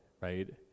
right